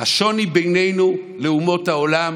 השוני בינינו לאומות העולם